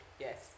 Yes